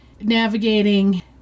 navigating